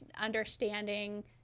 understanding